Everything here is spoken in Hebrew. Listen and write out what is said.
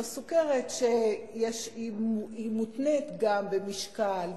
זו סוכרת שמותנית גם במשקל,